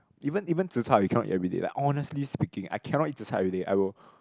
even even zi Char you cannot eat everyday like honestly speaking I cannot eat zi Char everyday I will